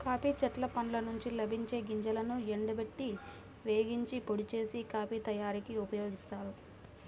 coffee చెట్ల పండ్ల నుండి లభించే గింజలను ఎండబెట్టి, వేగించి, పొడి చేసి, కాఫీ తయారీకి ఉపయోగిస్తారు